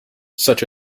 such